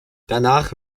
danach